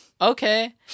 okay